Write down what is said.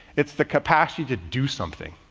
it's the capacity to do something.